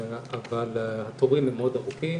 אבל התורים הם מאוד ארוכים,